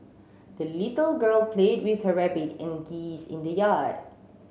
the little girl played with her rabbit and geese in the yard